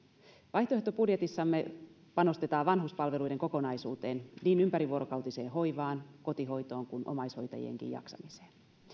vaihtoehtobudjetissamme panostetaan vanhuspalveluiden kokonaisuuteen niin ympärivuorokautiseen hoivaan kotihoitoon kuin omaishoitajienkin jaksamiseen